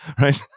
right